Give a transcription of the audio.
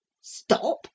Stop